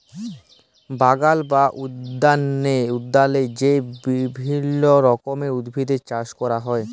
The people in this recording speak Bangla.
বাগাল বা উদ্যালে যে বিভিল্য রকমের উদ্ভিদের চাস ক্যরা হ্যয়